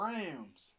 Rams